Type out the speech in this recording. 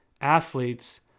athletes